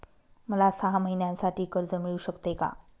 मला सहा महिन्यांसाठी कर्ज मिळू शकते का?